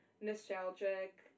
nostalgic